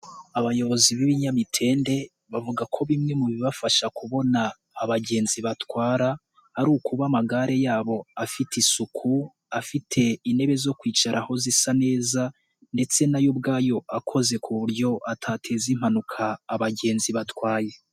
Abayobozi b'ibinyamitende bavuga ko bimwe mu bibafasha kubona abagenzi batwara, ari ukuba amagare yabo afite isuku, afite intebe zo kwicara aho zisa neza ndetse nayo ubwayo akoze ku buryo atateza impanuka abagenzi batwaye.